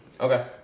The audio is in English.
Okay